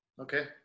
Okay